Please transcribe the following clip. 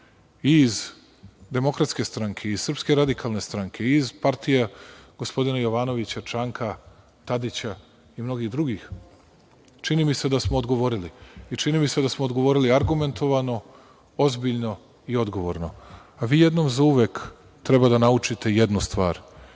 i iz Demokratske stranke, iz Srpske radikalne stranke, iz partija gospodina Jovanovića, Čanka, Tadića i mnogih drugih, čini mi se da smo odgovorili. Čini mi se da smo odgovorili argumentovano, ozbiljno i odgovorno. A vi jednom za uvek treba da naučite jednu stvar